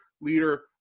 Leader